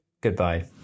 goodbye